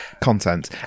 content